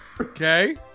Okay